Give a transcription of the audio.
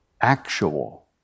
actual